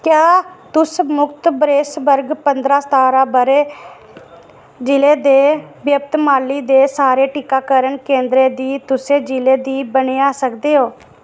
क्या तुस मुख्त बरेस वर्ग पंदरां सतारां ब'रे जि'ले दे यवतमाली दे सारे टीकाकरण केंद्रें दी सूची जि'ले दी बनाई सकदे ओ